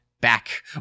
back